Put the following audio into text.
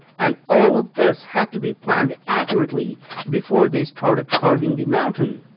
and all of this had to be planned accurately before they started carving the mountain.